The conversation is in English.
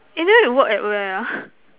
eh then you work at where ah